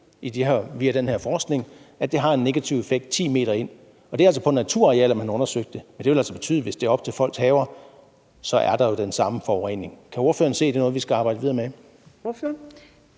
via den her forskning godt ved, at det har en negativ effekt op til 10 m væk. Og det er altså på naturarealer, man har undersøgt det. Det vil altså betyde, at hvis der er sprøjtet op til folks haver, så er der jo den samme forurening. Kan ordføreren se, at det er noget, vi skal arbejde videre med?